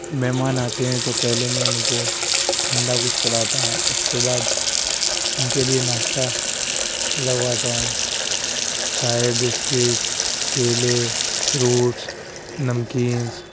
مہمان آتے ہیں تو پہلے میں ان کو ٹھنڈا کچھ پلاتا ہوں اس کے بعد ان کے لیے ناشتہ لگواتا ہوں چائے بسکٹ کیلے فروٹس نمکینس